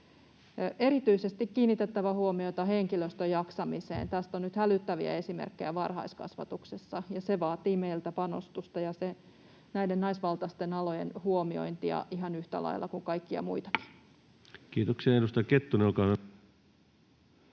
Erityisesti on kiinnitettävä huomiota henkilöstön jaksamiseen. Tästä on nyt hälyttäviä esimerkkejä varhaiskasvatuksessa, ja se vaatii meiltä panostusta ja näiden naisvaltaisten alojen huomiointia ihan yhtä lailla kuin kaikkia muitakin. [Speech 226] Speaker: